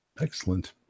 Excellent